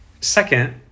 second